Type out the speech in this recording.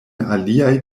aliaj